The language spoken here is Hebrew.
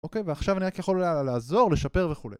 אוקיי, ועכשיו אני רק יכול לעזור, לשפר וכולי